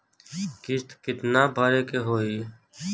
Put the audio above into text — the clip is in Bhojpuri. किस्त कितना भरे के होइ?